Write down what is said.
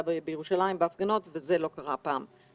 בירושלים בהפגנות וזה לא קרה הפעם.